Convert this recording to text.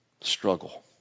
Struggle